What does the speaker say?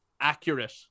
accurate